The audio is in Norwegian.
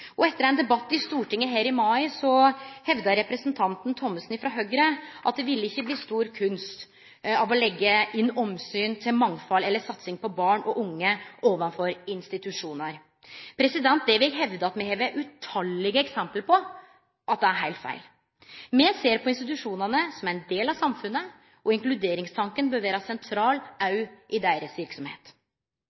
og etter ein debatt i Stortinget her i mai hevda representanten Thommessen frå Høgre at det ville ikkje bli stor kunst av å leggje inn omsyn til mangfald eller satsing på barn og unge overfor institusjonar. Det vil eg hevde me har eit utal av eksempel på at er heilt feil. Me ser på institusjonane som ein del av samfunnet, og inkluderingstanken bør vere sentral òg i deira